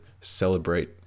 celebrate